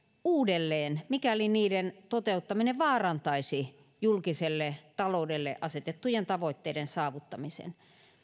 uudelleen mikäli niiden toteuttaminen vaarantaisi julkiselle taloudelle asetettujen tavoitteiden saavuttamisen